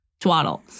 Twaddle